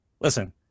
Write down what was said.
Listen